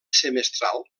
semestral